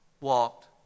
walked